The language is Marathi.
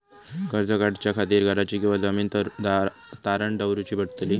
कर्ज काढच्या खातीर घराची किंवा जमीन तारण दवरूची पडतली?